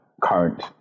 current